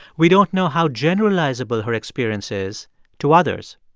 we don't know how generalizable her experience is to others.